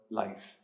life